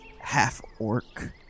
half-orc